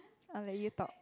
I let you talk